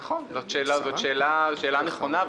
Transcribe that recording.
נכון, זאת שאלה נכונה.